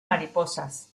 mariposas